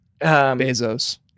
Bezos